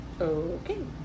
okay